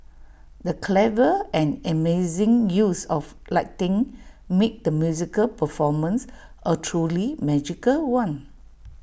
the clever and amazing use of lighting made the musical performance A truly magical one